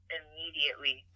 immediately